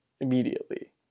immediately